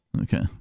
Okay